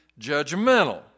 judgmental